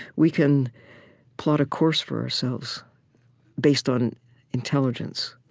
we can plot a course for ourselves based on intelligence.